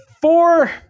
four